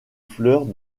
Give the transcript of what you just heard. fleurs